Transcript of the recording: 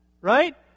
Right